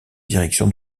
direction